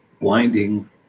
blinding